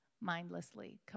mindlessly